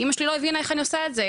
אמא שלי לא הבינה איך אני עושה את זה.